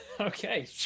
Okay